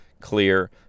clear